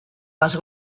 les